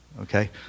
Okay